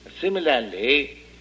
similarly